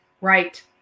Right